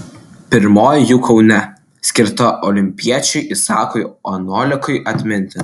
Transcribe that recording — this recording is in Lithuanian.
pirmoji jų kaune skirta olimpiečiui isakui anolikui atminti